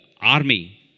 army